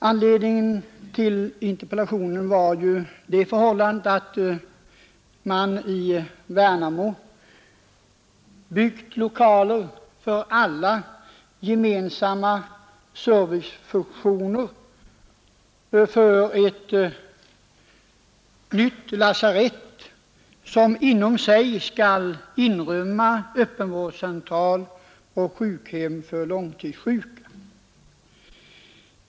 Anledningen till interpellationen var det förhållandet att man i Värnamo byggt lokaler för alla gemensamma servicefunktioner inom ett nytt lasarett, som i sig skall inrymma öppenvårdscentral och sjukhem för långtidssjuka.